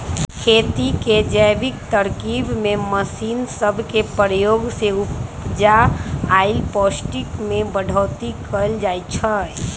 खेती के जैविक तरकिब में मशीन सब के प्रयोग से उपजा आऽ पौष्टिक में बढ़ोतरी कएल जाइ छइ